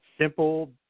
simple